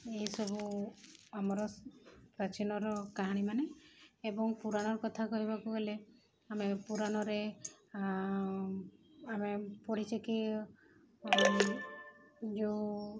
ଏସବୁ ଆମର ପ୍ରାଚୀନର କାହାଣୀମାନେ ଏବଂ ପୁରାଣର କଥା କହିବାକୁ ଗଲେ ଆମେ ପୁରାଣରେ ଆମେ ପଢ଼ିଛେ କିି ଯୋଉ